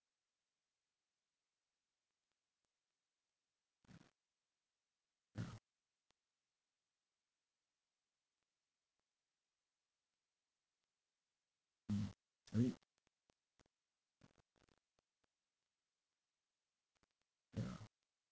ya mm I mean ya